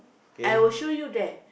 I will show you there